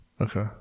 Okay